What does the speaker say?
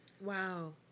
Wow